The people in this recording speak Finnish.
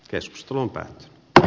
keskustelun päät dr